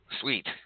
sweet